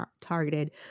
targeted